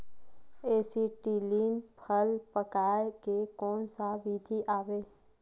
Acetylene फल पकाय के कोन सा विधि आवे?